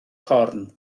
corn